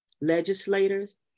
legislators